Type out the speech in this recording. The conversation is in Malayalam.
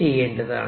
ചെയ്യേണ്ടതാണ്